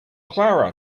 clara